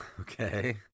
okay